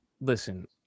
Listen